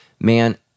Man